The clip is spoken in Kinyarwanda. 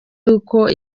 ubwo